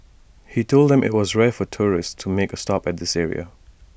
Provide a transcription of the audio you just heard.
he told them that IT was rare for tourists to make A stop at this area